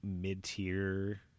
mid-tier